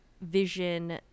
Vision